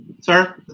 Sir